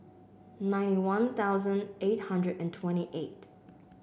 ninety One Thousand eight hundred and twenty eight